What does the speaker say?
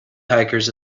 hikers